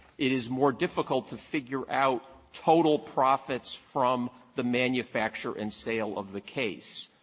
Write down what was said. it is more difficult to figure out total profits from the manufacture and sale of the case.